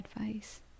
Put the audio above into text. Advice